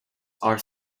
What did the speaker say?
are